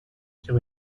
sur